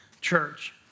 church